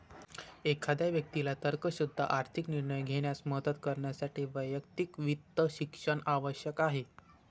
एखाद्या व्यक्तीला तर्कशुद्ध आर्थिक निर्णय घेण्यास मदत करण्यासाठी वैयक्तिक वित्त शिक्षण आवश्यक आहे